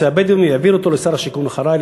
הבדואים והעביר אותו לשר השיכון אחרי,